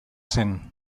zen